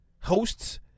hosts